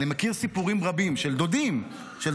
אני מכיר סיפורים רבים של דודים ושל